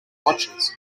watches